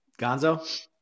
Gonzo